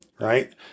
right